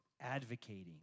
advocating